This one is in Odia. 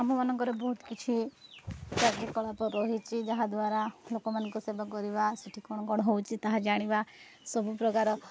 ଆମମାନଙ୍କର ବହୁତ କିଛି କାର୍ଯ୍ୟକଳାପ ରହିଛି ଯାହାଦ୍ୱାରା ଲୋକମାନଙ୍କ ସେବା କରିବା ସେଠି କ'ଣ କଣ ହଉଛି ତାହା ଜାଣିବା ସବୁପ୍ରକାର